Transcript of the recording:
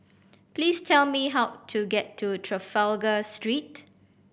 please tell me how to get to Trafalgar Street